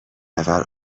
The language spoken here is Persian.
نفر